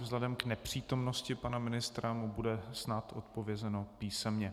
Vzhledem k nepřítomnosti pana ministra mu bude snad odpovězeno písemně.